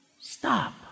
Stop